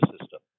system